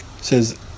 says